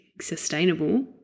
sustainable